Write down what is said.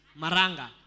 Maranga